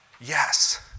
Yes